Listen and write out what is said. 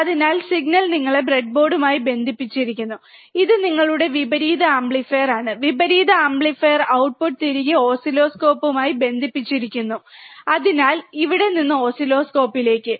അതിനാൽ സിഗ്നൽ നിങ്ങള ബ്രെഡ്ബോർഡ്മായി ബന്ധിപ്പിച്ചിരിക്കുന്നു ഇത് നിങ്ങളുടെ വിപരീത ആംപ്ലിഫയറാണ് വിപരീത ആംപ്ലിഫയർ t ഔട്ട്പുട്ട് തിരികെ ഓസിലോസ്കോപ്പ് ആയി ബന്ധിപ്പിച്ചിരിക്കുന്നു അതിനാൽ ഇവിടെ നിന്ന് ഓസിലോസ്കോപ്പിലേക്ക്